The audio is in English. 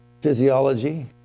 physiology